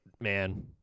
man